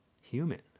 human